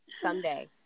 someday